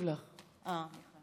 רבה.